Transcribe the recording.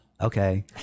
Okay